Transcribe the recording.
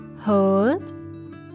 hold